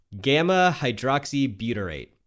gamma-hydroxybutyrate